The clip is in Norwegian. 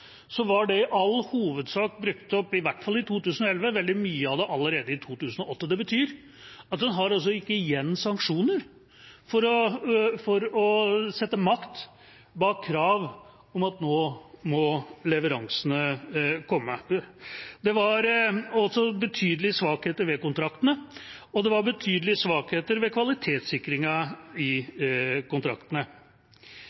var det i all hovedsak brukt opp i hvert fall i 2011, veldig mye av det allerede i 2008. Det betyr altså at en ikke har igjen sanksjoner for å sette makt bak krav om at nå må leveransene komme. Det var også betydelige svakheter ved kontraktene, og det var betydelige svakheter ved kvalitetssikringen av kontraktene. Forsvarssjef Bruun-Hanssen sa i